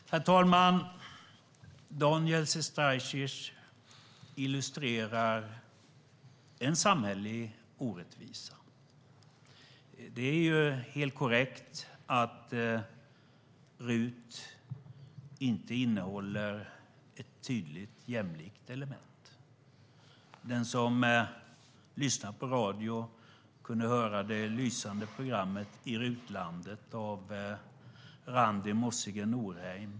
Herr talman! Daniel Sestrajcic illustrerar en samhällelig orättvisa. Det är helt korrekt att RUT inte innehåller ett tydligt jämlikt element. Den som lyssnar på radio kunde höra det lysande programmet Resa i RUT-landet av Randi Mossige-Norheim.